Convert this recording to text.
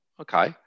Okay